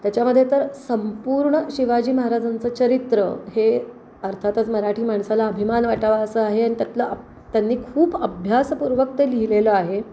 त्याच्यामध्ये तर संपूर्ण शिवाजी महाराजांचं चरित्र हे अर्थातच मराठी माणसाला अभिमान वाटावं असं आहे आणि त्यातलं अभ त्यांनी खूप अभ्यासपूर्वक ते लिहिलेलं आहे